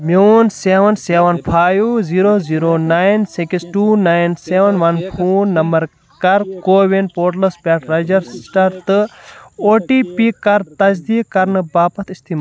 میون seven seven five zero zero nine six two nine seven one phone number کر CoWIN پورٹلس پٮ۪ٹھ register تہٕ او ٹی پی کر تصدیٖق کرنہٕ باپتھ استعمال